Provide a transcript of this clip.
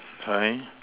fine